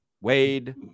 Wade